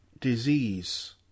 Disease